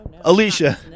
Alicia